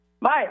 Mike